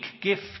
gift